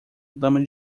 dama